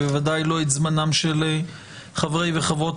ובוודאי לא את זמנם של חברי וחברות